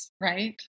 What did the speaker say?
right